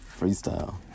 Freestyle